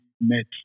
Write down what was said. met